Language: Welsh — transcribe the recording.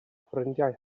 ffrindiau